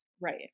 Right